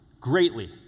greatly